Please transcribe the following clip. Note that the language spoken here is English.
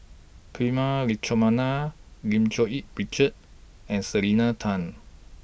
Prema Letchumanan Lim Cherng Yih Richard and Selena Tan